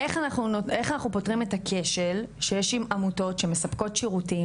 איך אנחנו פותרים את הכשל שיש עם העמותות שמספקות שירותים,